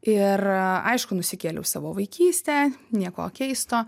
ir aišku nusikėliau į savo vaikystę nieko keisto